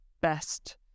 best